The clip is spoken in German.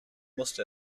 musste